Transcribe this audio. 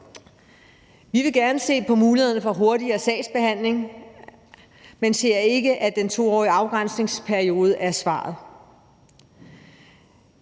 Vi vil gerne se på mulighederne for en hurtigere sagsbehandling, men ser ikke, at den 2-årige afgrænsningsperiode er svaret.